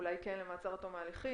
אולי כן למעצר עד תום ההליכים,